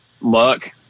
luck